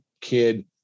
kid